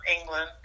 England